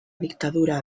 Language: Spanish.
dictadura